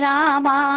Rama